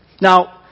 Now